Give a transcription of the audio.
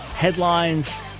headlines